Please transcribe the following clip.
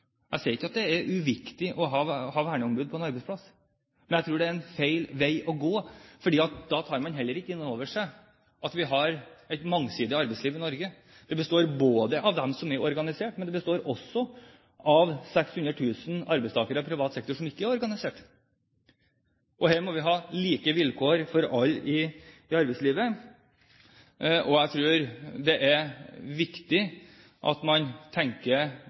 Jeg sier ikke at det er uviktig å ha verneombud på en arbeidsplass, men jeg tror det er en feil vei å gå, fordi da tar man heller ikke inn over seg at vi har et mangesidig arbeidsliv i Norge. Det består både av dem som er organisert, og det består også av 600 000 arbeidstakere i privat sektor som ikke er organisert. Her må vi ha like vilkår for alle i arbeidslivet, og jeg tror det er viktig at man tenker